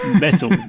metal